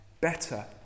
better